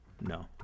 no